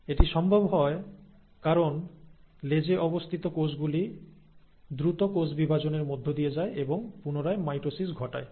এটি সম্ভব হয় কারণ লেজে অবস্থিত কোষ গুলি দ্রুত কোষ বিভাজনের মধ্য দিয়ে যায় এবং পুনরায় মাইটোসিস ঘটায়